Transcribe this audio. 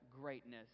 greatness